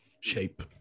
Shape